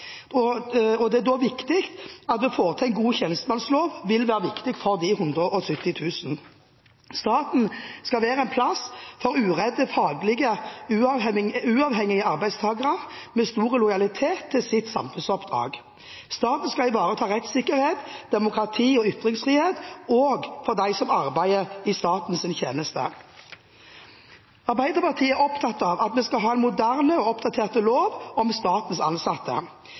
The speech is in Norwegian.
Det er da viktig at vi får til en god tjenestemannslov. Det vil være viktig for de 170 000. Staten skal være en plass for uredde, faglige, uavhengige arbeidstagere med stor lojalitet til sitt samfunnsoppdrag. Staten skal ivareta rettssikkerhet, demokrati og ytringsfrihet også for dem som arbeider i statens tjeneste. Arbeiderpartiet er opptatt av at vi skal ha en moderne og oppdatert lov om statens ansatte.